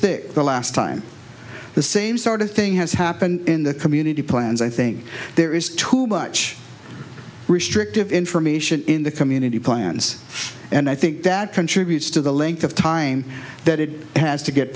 thick the last time the same sort of thing has happened in the community plans i think there is too much restrictive information in the community plans and i think that contributes to the length of time that it has to get